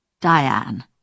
Diane